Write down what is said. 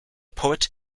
poet